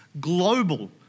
global